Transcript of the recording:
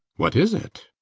what is it?